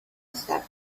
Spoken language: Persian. مثبت